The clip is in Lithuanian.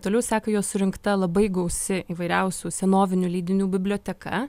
toliau seka jo surinkta labai gausi įvairiausių senovinių leidinių biblioteka